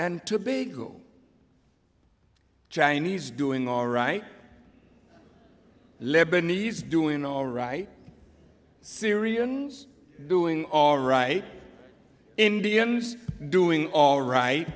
and tobago chinese doing all right lebanese doing all right syrians doing all right indians doing all right